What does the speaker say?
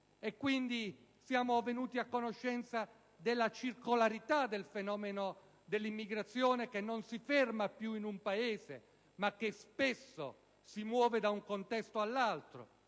siamo venuti a conoscenza della circolarità del fenomeno dell'immigrazione, che non si ferma più in un Paese, ma che spesso si muove da un contesto all'altro,